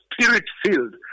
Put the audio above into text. spirit-filled